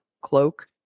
cloak